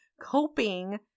coping